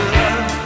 love